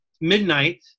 midnight